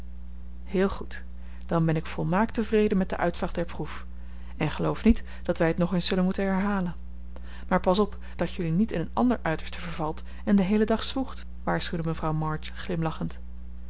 heel goed dan ben ik volmaakt tevreden met den uitslag der proef en geloof niet dat wij het nog eens zullen moeten herhalen maar pas op dat jullie niet in een ander uiterste vervalt en den heelen dag zwoegt waarschuwde mevrouw march glimlachend